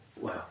Wow